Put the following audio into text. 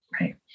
Right